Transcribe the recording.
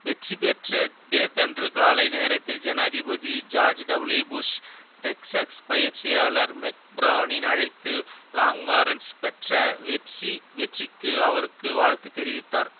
வெற்றி பெற்ற தினத்தன்று காலை நேரத்தில் ஜனாதிபதி ஜார்ஜ் டபுள்யூ புஷ் டெக்சாஸ் பயிற்சியாளர் மெக் பிரானை அழைத்து லாங்ஹார்ன்ஸ் பெற்ற வெற்றி வெற்றிக்கு அவருக்கு வாழ்த்து தெரிவித்தார்